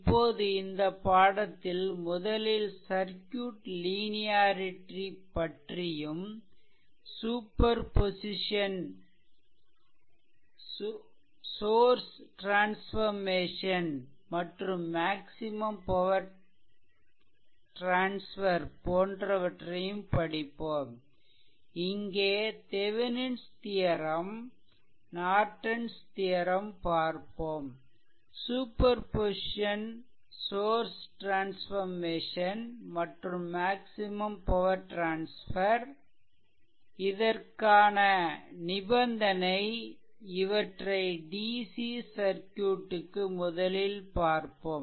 இப்போது இந்த பாடத்தில் முதலில் சர்க்யூட் லீனியாரிட்டி பற்றியும் சூப்பர் பொசிசன் சோர்ஸ் ட்ரான்ஸ்ஃபெர்மேசன் மற்றும் மேக்சிமம் பவர் ட்ரான்ஸ்ஃபெர் போன்றவற்றையும் படிப்போம் இங்கே Thevenin's theorem theorem Norton's theorem Norton's theorem பார்ப்போம் சூப்பர் பொசிசன் சோர்ஸ் ட்ரான்ஸ்ஃபெர்மேசன் மற்றும் மேக்சிமம் பவர் ட்ரான்ஸ்ஃபெர் க்கான நிபந்தனை இவற்றை DC சர்க்யூட்க்கு முதலில் பார்ப்போம்